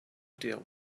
deal